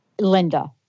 linda